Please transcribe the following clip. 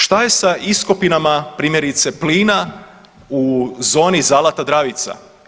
Šta je sa iskopinama primjerice plina u zoni Zalata-Dravica?